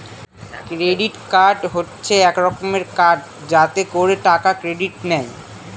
credit card হচ্ছে এক রকমের কার্ড যাতে করে টাকা ক্রেডিট নেয়